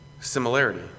similarity